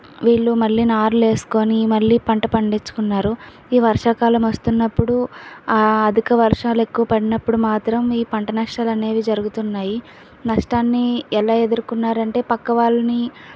వీళ్ళు మళ్ళీ నారులు వేసుకొని మళ్ళీ పంట పండించుకున్నారు ఈ వర్షాకాలం వస్తున్నప్పుడు ఆ అధిక వర్షాలు ఎక్కువ పడినప్పుడు మాత్రం ఈ పంట నష్టాలు అనేవి జరగుతున్నాయి నష్టాన్ని ఎలా ఎదుర్కొన్నారు అంటే పక్క వాళ్ళని